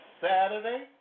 Saturday